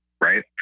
right